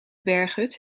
berghut